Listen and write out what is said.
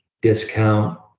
discount